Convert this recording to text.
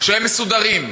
שהם מסודרים,